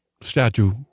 statue